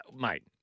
Mate